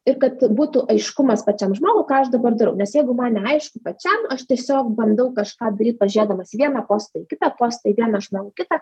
ir kad būtų aiškumas pačiam žmogui ką aš dabar darau nes jeigu man neaišku pačiam aš tiesiog bandau kažką daryt pažiūrėdamas į vieną postą į kitą postą į vieną žmogų kitą